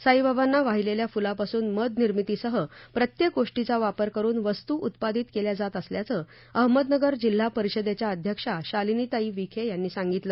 साईबाबांना वाहीलेल्या फुलांपासून मध निर्मितीसह प्रत्येक गोष्टींचा वापर करून वस्तू उत्पादित केल्या जात असल्याचं अहमदनगर जिल्हा परिषदेच्या अध्यक्षा शालिनीताई विखे यांनी सांगितलं